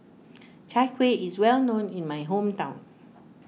Chai Kuih is well known in my hometown